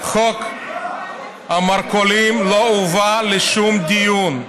חוק המרכולים לא הובא לשום דיון,